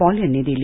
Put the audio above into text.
Paul यांनी दिली